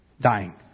dying